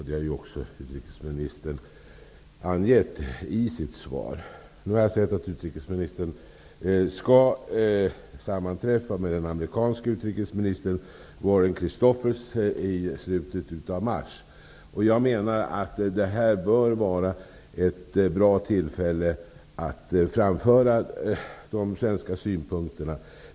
Det har utrikesministern också angivit i sitt svar. Jag har nu sett att utrikesministern skall sammanträffa med den amerikanske utrikesministern Warren Christopher i slutet av mars. Jag menar att det bör vara ett bra tillfälle att framföra de svenska synpunkterna.